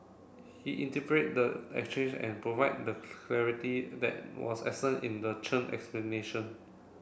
he interpret the exchange and provide the clarity that was absent in the Chen explanation